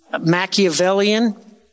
Machiavellian